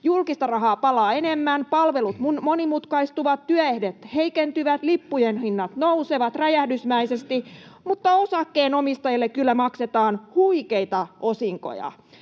julkista rahaa palaa enemmän, palvelut monimutkaistuvat, työehdot heikentyvät, lippujen hinnat nousevat räjähdysmäisesti, mutta osakkeenomistajille kyllä maksetaan huikeita osinkoja.